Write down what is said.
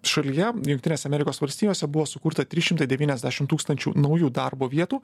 šalyje jungtinėse amerikos valstijose buvo sukurta trys šimtai devyniadešim tūkstančių naujų darbo vietų